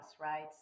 right